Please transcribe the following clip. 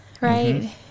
right